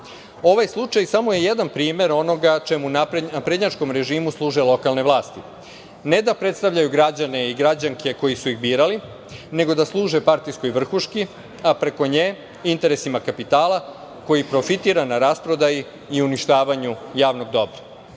slučaj samo je jedan primer onoga čemu naprednjačkom režimu služe lokalne vlasti, ne da predstavljaju građane i građanke koji su ih birali, nego da služe partijskoj vrhuški, a preko nje interesima kapitala koji profitira na rasprodaji i uništavanju javnog dobra.